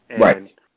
Right